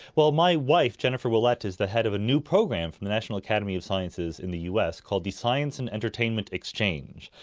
my wife jennifer ouellette is the head of a new program from the national academy of sciences in the us called the science and entertainment exchange.